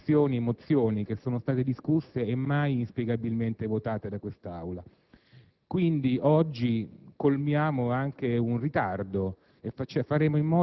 e presentando, maggioranza ed opposizione, ben due risoluzioni e mozioni, che sono state discusse e mai inspiegabilmente votate dall'Aula. Quindi, oggi,